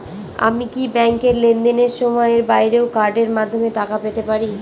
আমি কি ব্যাংকের লেনদেনের সময়ের বাইরেও কার্ডের মাধ্যমে টাকা পেতে পারি?